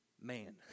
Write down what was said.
man